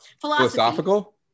philosophical